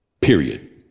period